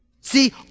See